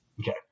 Okay